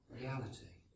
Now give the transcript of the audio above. reality